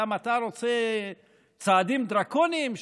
גם אתה רוצה צעדים דרקוניים,